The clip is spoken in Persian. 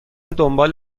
دنبال